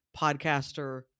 Podcaster